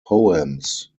poems